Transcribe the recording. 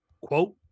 quote